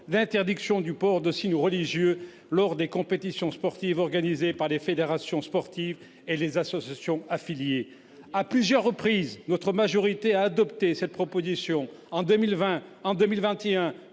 d'interdire le port de signes religieux lors des compétitions sportives organisées par les fédérations sportives et les associations affiliées. À plusieurs reprises, notre majorité a adopté une disposition en ce sens : en 2020,